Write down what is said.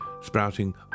sprouting